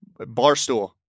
Barstool